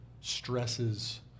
stresses